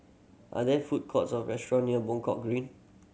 are there food courts or restaurant near Buangkok Green